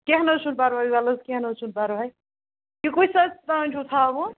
کیٚنٛہہ نہٕ حظ چھُنہٕ پَرواے وَلہٕ حظ کیٚنٛہہ نہٕ حظ چھُنہٕ پَرواے یہِ کۭتس حظ تانۍ چھُو تھاوُن